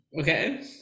Okay